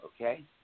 okay